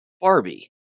Barbie